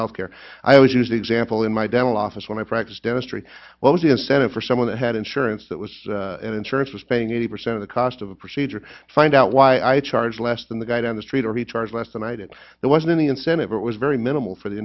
health care i always use the example in my dental office when i practiced dentistry what was the incentive for someone that had insurance that was in insurance was paying eighty percent of the cost of a procedure find out why i charge less than the guy down the street or be charged less than i did there wasn't any incentive it was very minimal for the